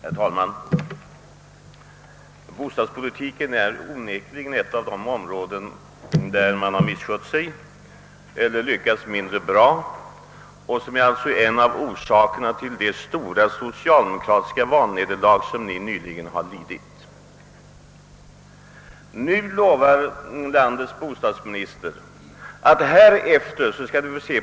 Herr talman! Bostadspolitiken är onekligen ett av de områden där man misskött sig eller lyckats mindre bra. Den misslyckade bostadspolitiken är alltså en av orsakerna till socialdemokratiens valnederlag nyligen. Nu lovar landets bostadsminister bättring.